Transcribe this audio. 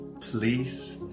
please